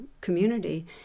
community